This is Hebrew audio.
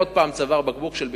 עוד פעם, צוואר בקבוק של ביקושים,